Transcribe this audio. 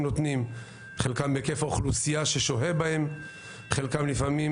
נותנים; חלקם בהיקף האוכלוסייה ששוהה בהם; לפעמים